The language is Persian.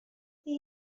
اگه